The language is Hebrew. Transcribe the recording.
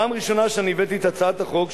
פעם ראשונה שאני הבאתי את הצעת החוק,